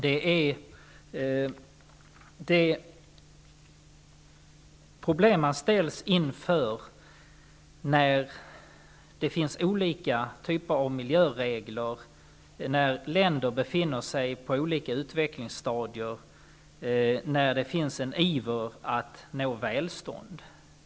Det gäller de problem man ställs inför när det finns olika typer av miljöregler, när länder befinner sig på olika utvecklingsstadier och när det finns en iver att nå välstånd.